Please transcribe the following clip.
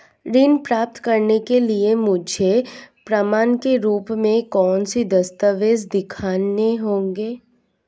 ऋण प्राप्त करने के लिए मुझे प्रमाण के रूप में कौन से दस्तावेज़ दिखाने होंगे?